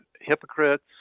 hypocrites